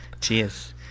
Cheers